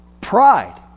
pride